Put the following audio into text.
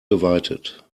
geweitet